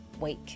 week